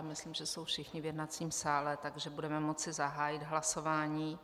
Myslím, že jsou všichni v jednacím sále, takže budeme moci zahájit hlasování.